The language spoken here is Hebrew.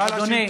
אדוני,